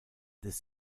this